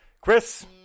Chris